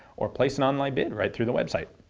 or place an on-line bid right through the website.